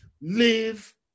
Live